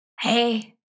Hey